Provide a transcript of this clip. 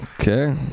okay